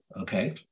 okay